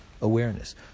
awareness